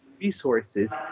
resources